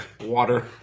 Water